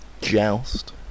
joust